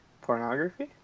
pornography